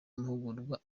amahugurwa